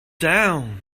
down